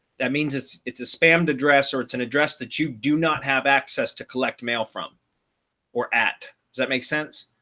that means it's it's a spam address, or it's an and address that you do not have access to collect mail from or at. does that make sense?